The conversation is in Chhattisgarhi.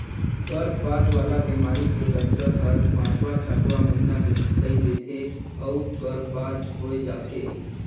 गरभपात वाला बेमारी के लक्छन हर पांचवां छठवां महीना में दिखई दे थे अउ गर्भपात होय जाथे